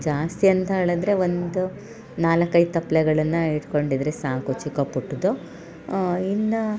ಜಾಸ್ತಿ ಅಂತ ಹೇಳಿದರೆ ಒಂದು ನಾಲ್ಕೈದು ತಪ್ಲೆಗಳನ್ನು ಇಟ್ಕೊಂಡಿದ್ದರೆ ಸಾಕು ಚಿಕ್ಕ ಪುಟ್ಟದ್ದು ಇನ್ನು